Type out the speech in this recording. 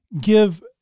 give